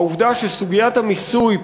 העובדה שסוגיית המיסוי,